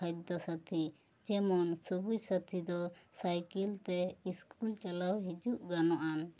ᱠᱷᱟᱫᱽᱫᱚ ᱥᱟᱹᱛᱷᱤ ᱡᱮᱢᱚᱱ ᱥᱚᱵᱩᱡᱽ ᱥᱟᱹᱛᱷᱤ ᱫᱚ ᱥᱟᱭᱠᱤᱞ ᱛᱮ ᱥᱠᱩᱞ ᱪᱟᱞᱟᱣ ᱦᱤᱡᱩᱜ ᱜᱟᱱᱚᱜᱼᱟᱱ